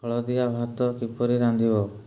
ହଳଦିଆ ଭାତ କିପରି ରାନ୍ଧିବ